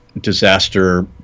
disaster